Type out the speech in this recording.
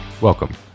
welcome